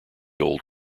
old